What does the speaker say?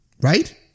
right